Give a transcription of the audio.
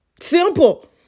Simple